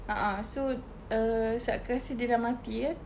a'ah so err saat kekasih dia sudah mati kan